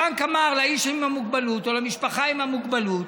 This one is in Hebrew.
הבנק אמר לאיש עם המוגבלות או למשפחה עם המוגבלות: